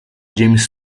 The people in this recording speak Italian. james